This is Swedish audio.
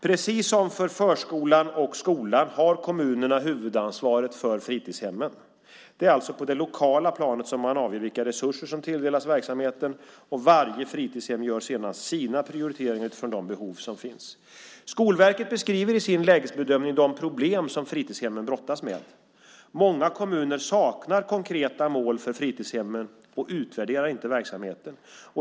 Precis som för förskolan och skolan har kommunerna huvudansvaret för fritidshemmen. Det är alltså på det lokala planet man avgör vilka resurser som tilldelas verksamheten. Varje fritidshem gör sedan sina prioriteringar utifrån de behov som finns. Skolverket beskriver i sin lägesbedömning de problem som fritidshemmen brottas med. Många kommuner saknar konkreta mål för fritidshemmen och utvärderar inte verksamheten.